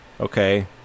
Okay